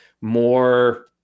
more